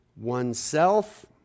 oneself